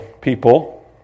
people